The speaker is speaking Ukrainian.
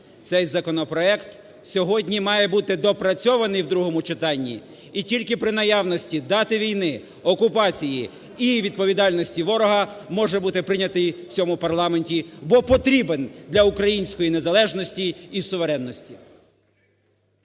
Цей законопроект сьогодні має бути доопрацьований у другому читанні і тільки при наявності дати війни, окупації і відповідальності ворога може бути прийнятий в цьому парламенті, бо потрібен для української незалежності і суверенності.